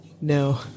No